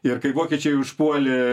ir kai vokiečiai užpuolė